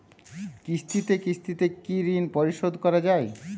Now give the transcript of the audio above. কিস্তিতে কিস্তিতে কি ঋণ পরিশোধ করা য়ায়?